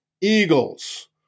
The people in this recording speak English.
Eagles